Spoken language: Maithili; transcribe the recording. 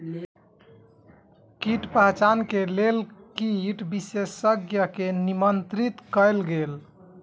कीट पहचान के लेल कीट विशेषज्ञ के निमंत्रित कयल गेल